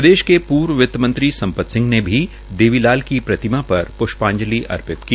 प्रदेश के पूर्व वित्तमंत्री संपत सिंह ने भी देवी लाल की प्रतिमा पर प्ष्पाजंलि अर्पित की